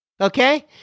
okay